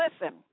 Listen